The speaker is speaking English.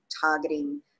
targeting